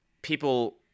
people